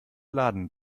laden